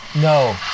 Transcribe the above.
no